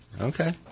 Okay